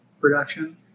production